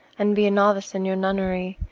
and be a novice in your nunnery,